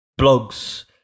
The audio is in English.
blogs